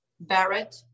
Barrett